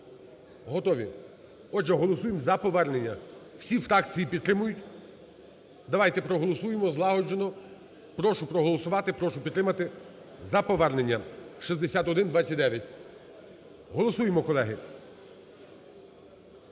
Готові? Отже, голосуємо за повернення. Всі фракції підтримують, давайте проголосуємо злагоджено. Прошу проголосувати і прошу підтримати за повернення 6129. Голосуємо, колеги.